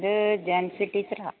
ഇത് ജാൻസി ടീച്ചറാണ്